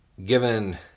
Given